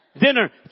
dinner